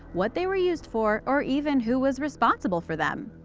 what they were used for, or even who was responsible for them.